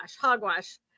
hogwash